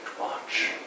watch